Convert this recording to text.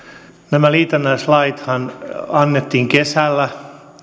nämä liitännäislaithan annettiin kesällä